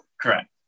correct